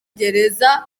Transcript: gereza